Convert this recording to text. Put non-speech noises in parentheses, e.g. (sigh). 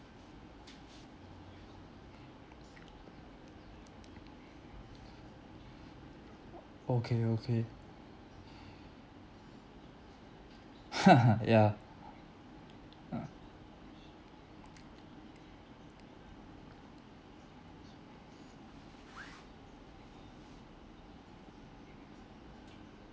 okay okay (laughs) yeah uh (noise) (breath)